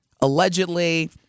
allegedly